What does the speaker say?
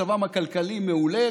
מצבם הכלכלי מעולה.